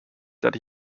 that